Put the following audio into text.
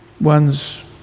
one's